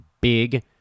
big